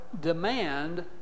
demand